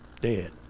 Dead